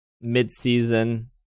mid-season